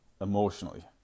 emotionally